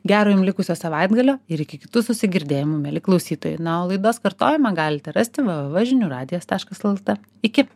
gero jum likusio savaitgalio ir iki kitų susigirdėjimų mieli klausytojai na o laidos kartojimą galite rasti v v v žinių radijas taškas lt iki